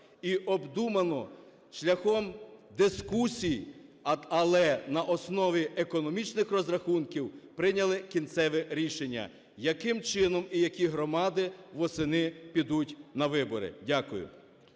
і обдумано, шляхом дискусій, але на основі економічних розрахунків прийняли кінцеве рішення, яким чином і які громади восени підуть на вибори. Дякую.